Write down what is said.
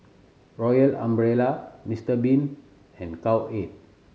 Royal Umbrella Mister Bean and Cowhead